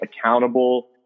accountable